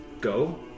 go